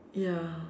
ya